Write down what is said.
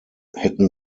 hätten